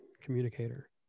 communicator